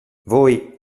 voi